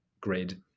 grid